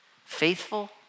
Faithful